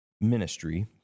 ministry